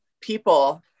people